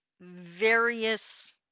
various